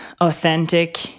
authentic